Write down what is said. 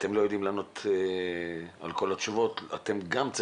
אתם לא יודעים לענות את כל התשובות,